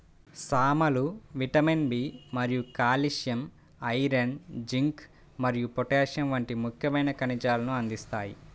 సామలు vitamin B మరియు calcium, iron, zinc మరియు పొటాషియం వంటి ముఖ్యమైన ఖనిజాలను అందిస్తాయి